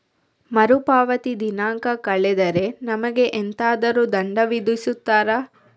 ಮರುಪಾವತಿ ದಿನಾಂಕ ಕಳೆದರೆ ನಮಗೆ ಎಂತಾದರು ದಂಡ ವಿಧಿಸುತ್ತಾರ?